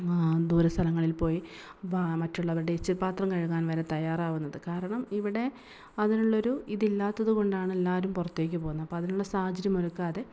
ദൂരസ്ഥലങ്ങളിൽ പോയി മറ്റുള്ളവരുടെ എച്ചിൽപ്പാത്രം കഴുകാൻ വരെ തയ്യാറാകുന്നത് കാരണം ഇവിടെ അതിനുള്ളൊരു ഇത് ഇല്ലാത്തതു കൊണ്ടാണെല്ലാവരും പുറത്തേക്ക് പോകുന്നത് അപ്പം അതിനുള്ള സാഹചര്യം ഒരുക്കാതെ